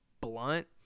blunt